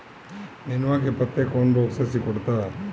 नेनुआ के पत्ते कौने रोग से सिकुड़ता?